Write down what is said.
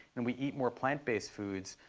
and we eat more plant-based foods,